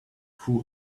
who